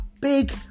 Big